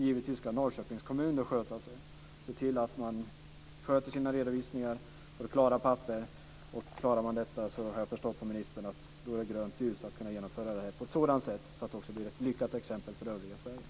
Givetvis ska också Norrköpings kommun sköta sig, se till att sköta sina redovisningar och ha klara papper. Klarar man detta har man, enligt vad jag förstått av ministern, grönt ljus att genomföra det här på ett sådant sätt att det också blir ett lyckat exempel för övriga Sverige.